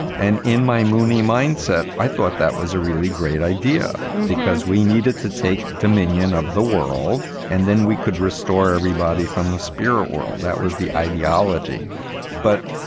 and and in my moonie mindset, i thought that was a really great idea because we needed to take dominion of the world and then we could restore everybody from the spirit world. that was the ideology but,